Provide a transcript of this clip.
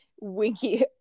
Winky